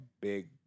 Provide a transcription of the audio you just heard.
big